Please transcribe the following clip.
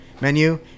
menu